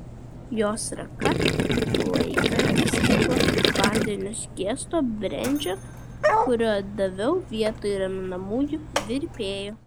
jos ranka laikanti stiklą vandeniu skiesto brendžio kurio daviau vietoj raminamųjų virpėjo